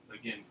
again